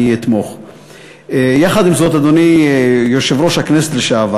אדוני השר,